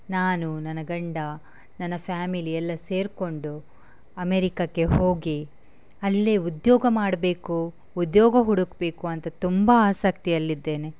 ನಾನು ನನ್ನ ಗಂಡ ನನ್ನ ಫ್ಯಾಮಿಲಿ ಎಲ್ಲ ಸೇರಿಕೊಂಡು ಅಮೇರಿಕಕ್ಕೆ ಹೋಗಿ ಅಲ್ಲೇ ಉದ್ಯೋಗ ಮಾಡಬೇಕು ಉದ್ಯೋಗ ಹುಡುಕಬೇಕು ಅಂತ ತುಂಬ ಆಸಕ್ತಿಯಲ್ಲಿದ್ದೇನೆ